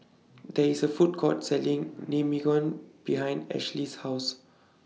There IS A Food Court Selling Naengmyeon behind Ashley's House